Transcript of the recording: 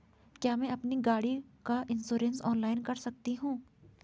क्या मैं अपनी गाड़ी का इन्श्योरेंस ऑनलाइन कर सकता हूँ?